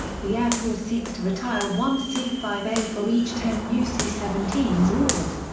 the air force seeks to retire one c five a for each ten new c seventeen s ordered.